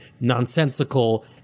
nonsensical